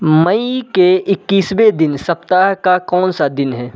मई के इक्कीसवें दिन सप्ताह का कौन सा दिन है